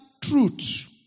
truth